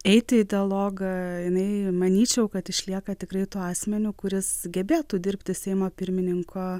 eiti į dialogą jinai manyčiau kad išlieka tikrai tuo asmeniu kuris gebėtų dirbti seimo pirmininko